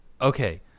okay